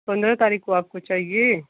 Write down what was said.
पंद्रह तारीख़ को आपको चाहिए